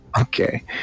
Okay